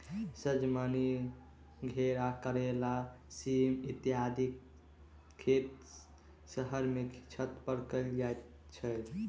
सजमनि, घेरा, करैला, सीम इत्यादिक खेत शहर मे छत पर कयल जाइत छै